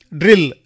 drill